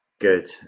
Good